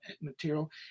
material